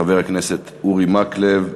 חבר הכנסת אורי מקלב,